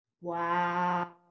Wow